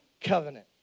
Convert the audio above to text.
covenant